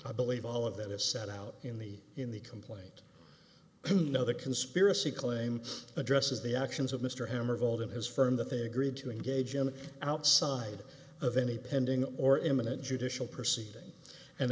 i believe all of that is set out in the in the complaint no the conspiracy claim addresses the actions of mr hammer vold in his firm that they agreed to engage him outside of any pending or imminent judicial proceedings and